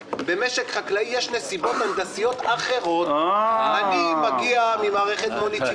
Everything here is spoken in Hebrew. החוק נכנס לתוקפו רק באוקטובר 2017 אבל נקבעה בו הוראת מעבר,